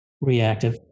reactive